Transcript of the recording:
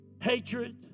hatred